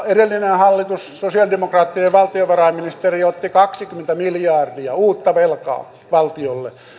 edellinen hallitus sosialidemokraattien valtiovarainministeri otti kaksikymmentä miljardia uutta velkaa valtiolle